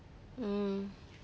mm